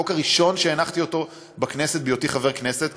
החוק הראשון שהנחתי בכנסת בהיותי חבר כנסת.